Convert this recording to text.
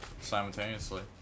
simultaneously